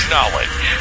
Knowledge